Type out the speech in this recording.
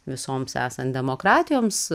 visoms esant demokratijoms